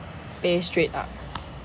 pay straight up